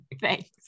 thanks